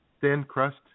thin-crust